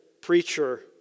preacher